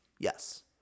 Yes